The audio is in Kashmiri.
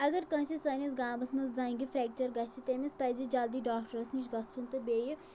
اگر کٲنٛسہِ سٲنِس گامَس منٛز زَنٛگہِ فریٚکچَر گژھِ تٔمِس پَزِ جلدی ڈاکٹرَس نِش گژھُن تہٕ بیٚیہِ